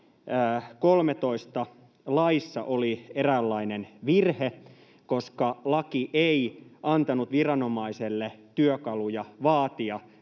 2013 laissa oli eräänlainen virhe, koska laki ei antanut viranomaiselle työkaluja vaatia